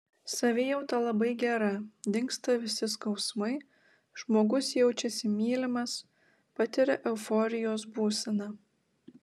savijauta labai gera dingsta visi skausmai žmogus jaučiasi mylimas patiria euforijos būseną